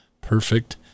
perfect